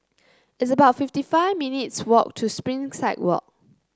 it's about fifty five minutes' walk to Springside Walk